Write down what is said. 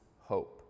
hope